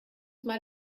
mal